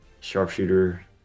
sharpshooter